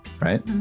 right